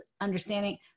understanding